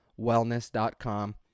wellness.com